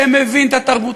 שמבין את התרבות.